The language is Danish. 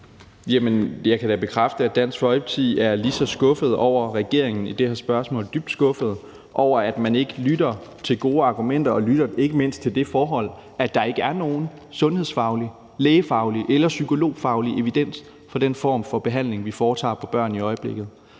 Jeg kan da bekræfte, at Dansk Folkeparti er lige så skuffede over regeringen i det her spørgsmål. Vi er dybt skuffede over, at man ikke lytter til gode argumenter og ikke mindst til det forhold, at der ikke er nogen sundhedsfaglig, lægefaglig eller psykologfaglig evidens for den form for behandling, vi foretager på børn i øjeblikket.